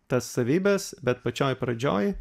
tas savybes bet pačioj pradžioj